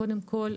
קודם כל,